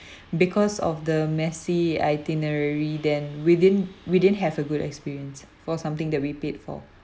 because of the messy itinerary then we did'nt we didn't have a good experience for something that we paid for